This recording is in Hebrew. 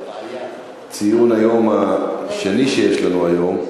לציון היום השני שיש לנו היום,